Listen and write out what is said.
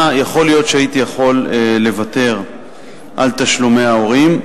יכול מאוד שהייתי יכול לוותר על תשלומי הורים.